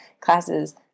classes